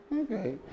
Okay